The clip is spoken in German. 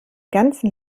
ganzen